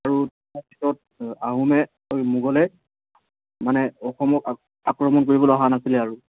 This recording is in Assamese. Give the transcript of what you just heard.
আৰু তাৰপিছত আহোমে মোগলে মানে অসমক আ আক্ৰমণ কৰিবলৈ অহা নাছিলে আৰু